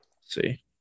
See